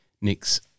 nick's